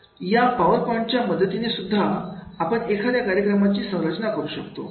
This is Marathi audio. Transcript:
या पावर पॉइंट च्या मदतीने सुद्धा आपण एखाद्या कार्यक्रमाची संरचना करू शकतो